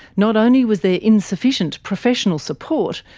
not only was there insufficient professional support,